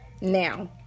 now